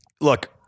look